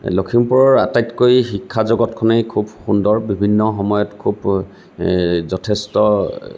লখিমপুৰৰ আটাইতকৈ শিক্ষা জগতখনেই খুব সুন্দৰ বিভিন্ন সময়ত খুব যথেষ্ট